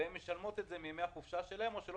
והן משלמות את זה מימי החופשה שלהן או שלא